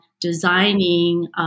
designing